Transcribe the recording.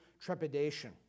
trepidation